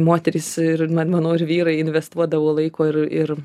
moterys ir na manau ir vyrai investuodavo laiko ir ir